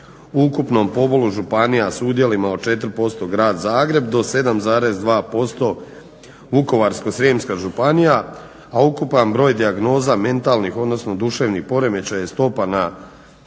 ukupnom pobolu županija s udjelom od 4% grad Zagreb do 7,2% Vukovarsko-srijemska županija, a ukupan broj dijagnoza mentalnih odnosno duševnih poremećaj stopa na 10